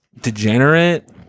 degenerate